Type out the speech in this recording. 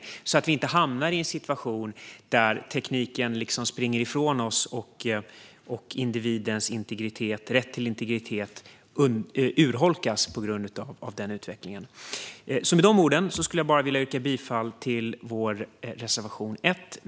Annars kan vi hamna i en situation där tekniken på grund av utvecklingen springer ifrån oss och individens rätt till integritet urholkas. Med dessa ord vill jag yrka bifall till reservation 1.